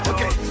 Okay